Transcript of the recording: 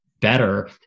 better